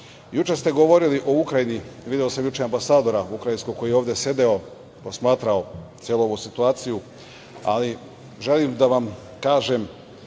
Juče ste govorili o Ukrajini. Video sam juče ukrajinskog ambasadora koji je ovde sedeo, posmatrao celu ovu situaciju, ali želim da vam kažem